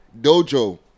Dojo